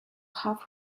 half